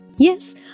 Yes